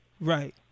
right